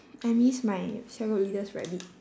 I miss my cell group leader's rabbit